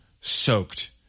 soaked